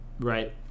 Right